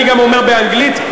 אני אומר גם באנגלית,